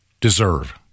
deserve